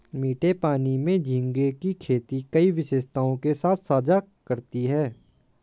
मीठे पानी में झींगे की खेती कई विशेषताओं के साथ साझा करती है